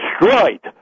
destroyed